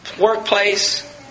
workplace